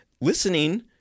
listening